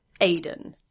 Aiden